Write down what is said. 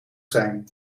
zijn